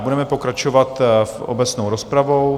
Budeme pokračovat obecnou rozpravou.